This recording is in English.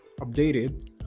updated